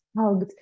hugged